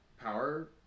power